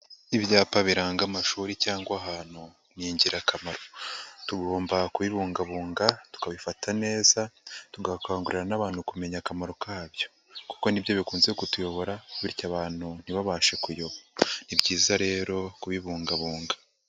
Ibyapa biranga amashuri cyangwa ahantu ni ingirakamaro, tugomba kubibungabunga tukabifata neza, tugakangurira n'abantu kumenya akamaro kabyo kuko nibyo bikunze kutuyobora bityo abantu ntibabashe kuyoba, ni byiza rero kubibungabunga.